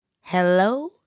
Hello